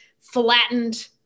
flattened